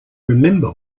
remember